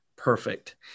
perfect